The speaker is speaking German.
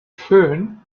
föhn